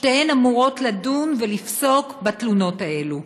שתיהן אמורות לדון ולפסוק בתלונות האלה.